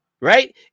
right